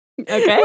Okay